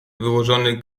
wyłożony